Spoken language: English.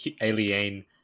alien